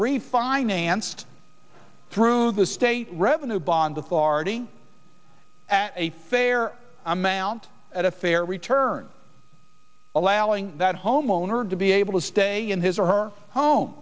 refinanced through the state revenue bonds authority at a fair amount at a fair return allowing that homeowner to be able to stay in his or her home